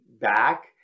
back